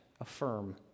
affirm